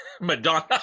Madonna